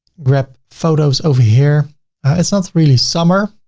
grab photos over here it's not really summer.